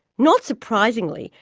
not surprisingly,